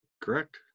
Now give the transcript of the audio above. Correct